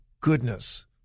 goodness